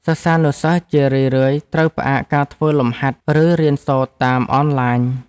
សិស្សានុសិស្សជារឿយៗត្រូវផ្អាកការធ្វើលំហាត់ ឬរៀនសូត្រតាមអនឡាញ។